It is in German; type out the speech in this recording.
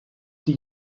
die